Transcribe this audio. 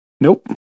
Nope